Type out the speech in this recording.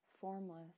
Formless